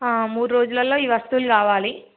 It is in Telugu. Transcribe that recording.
మూడు రోజులలో ఈ వస్తువులు కావాలి